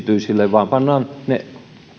maanteitä yksityisille vaan pannaan ne